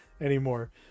anymore